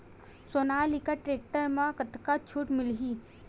Sonalika tractor म कतका छूट मिलही?